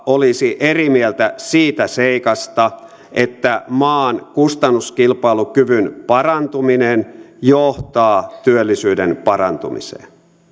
olisi eri mieltä siitä seikasta että maan kustannuskilpailukyvyn parantuminen johtaa työllisyyden parantumiseen